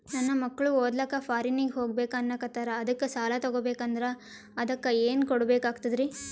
ನನ್ನ ಮಕ್ಕಳು ಓದ್ಲಕ್ಕ ಫಾರಿನ್ನಿಗೆ ಹೋಗ್ಬಕ ಅನ್ನಕತ್ತರ, ಅದಕ್ಕ ಸಾಲ ತೊಗೊಬಕಂದ್ರ ಅದಕ್ಕ ಏನ್ ಕೊಡಬೇಕಾಗ್ತದ್ರಿ?